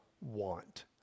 want